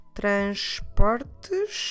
transportes